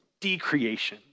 decreation